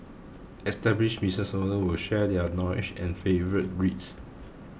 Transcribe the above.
established business owners will share their knowledge and favourite reads